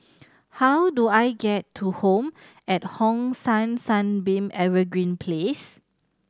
how do I get to Home at Hong San Sunbeam Evergreen Place